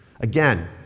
Again